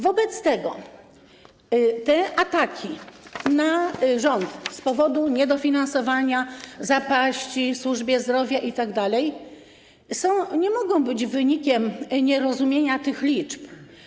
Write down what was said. Wobec tego te ataki na rząd z powodu niedofinansowania, zapaści w służbie zdrowia itd. nie mogą być wynikiem nierozumienia tych liczb.